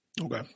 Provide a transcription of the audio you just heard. Okay